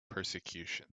persecution